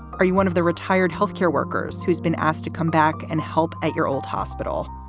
are you one of the retired health care workers who's been asked to come back and help at your old hospital?